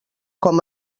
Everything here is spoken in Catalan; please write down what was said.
com